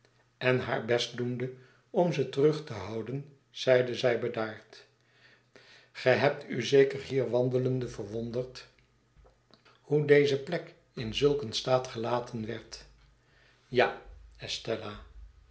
en haar best doende om ze terug te houden zeide zij bedaard ge hebt u zeker hier wandelende verwonderd hoe deze plek in zulk een staat gelaten werd ja estella